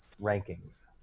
rankings